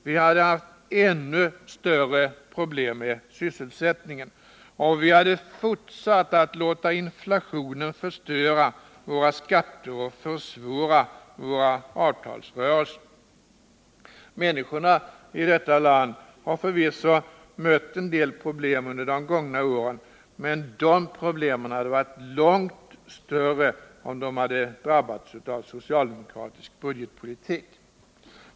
Vi hade haft ännu större problem med sysselsättningen, och vi hade fortsatt att låta inflationen förstöra våra skatter och försvåra våra avtalsrörelser. Människorna i detta land har förvisso mött en del problem under de gångna åren, men de problemen hade varit långt större om man hade drabbats av socialdemokratisk budgetpolitik.